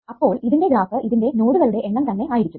അപ്പോൾ ഇതിന്റെ ഗ്രാഫ് ഇതിന്റെ നോഡുകളുടെ എണ്ണം തന്നെ ആയിരിക്കും